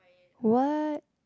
what